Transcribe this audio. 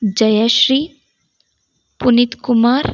Jayashree Puneeth Kumar